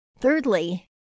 Thirdly